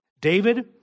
David